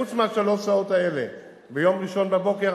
חוץ משלוש השעות האלה ביום ראשון בבוקר,